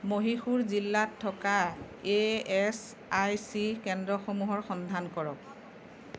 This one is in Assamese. মহীশূৰ জিলাত থকা ইএচআইচি কেন্দ্ৰসমূহৰ সন্ধান কৰক